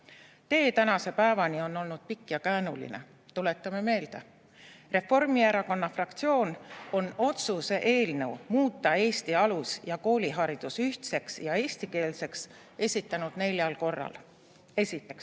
Tee tänase päevani on olnud pikk ja käänuline. Tuletame meelde. Reformierakonna fraktsioon on otsuse eelnõu, millega muuta Eesti alus- ja kooliharidus ühtseks ja eestikeelseks, esitanud neljal korral. Esiteks,